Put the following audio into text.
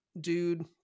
dude